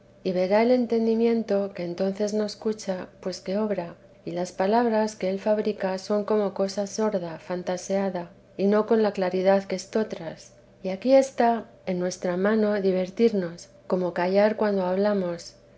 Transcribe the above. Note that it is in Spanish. y verá el entendimiento que entonces no escucha pues que obra y las palabras que él fabrica son como cosa sorda fantaseada y no con la claridad que estotras y aquí está en nuestra mano divertirnos como callar cuando hablamos